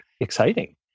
exciting